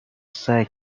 سعی